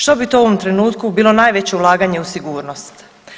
Što bi to u ovom trenutku bilo najveće ulaganje u sigurnost?